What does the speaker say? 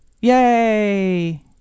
yay